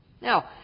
Now